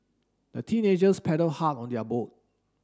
the teenagers paddled hard on their boat